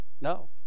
no